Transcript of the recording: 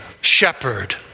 shepherd